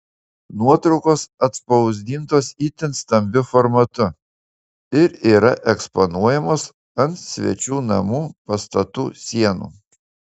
nuotraukos atspausdintos itin stambiu formatu ir yra eksponuojamos ant svečių namų pastatų sienų